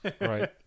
Right